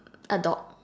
a dog